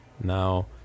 now